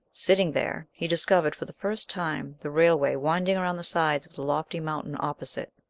sitting there, he discovered for the first time the railway winding around the sides of the lofty mountain opposite.